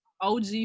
OG